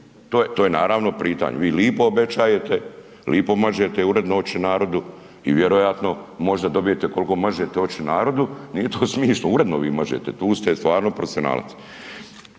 to je naravno pitanje. Vi lipo obećajete, lipo mažete uredno oči narodu i vjerojatno možda dobijete koliko mažete oči narodu. Nije to smišno. Uredno vi možete, tu ste stvarno profesionalac,